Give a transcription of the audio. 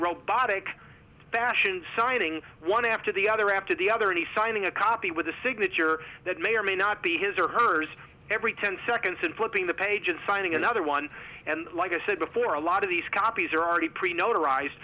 robotic fashion signing one after the other after the other any signing a copy with the signature that may or may not be his or hers every ten seconds and flipping the page and finding another one and like i said before a lot of these copies are already pretty notarized